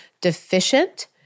deficient